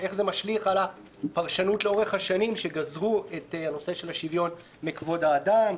איך זה משליך על הפרשנות לאורך השנים שגזרו את נושא השוויון מכבוד האדם,